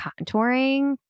contouring